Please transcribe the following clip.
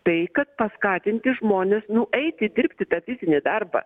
tai kad paskatinti žmones nueiti dirbti tą fizinį darbą